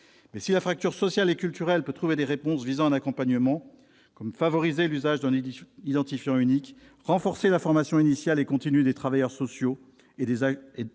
Mais si la fracture sociale et culturelle peut trouver des réponses par le biais d'un accompagnement- favoriser l'usage d'un identifiant unique, renforcer la formation initiale et continue des travailleurs sociaux et des agents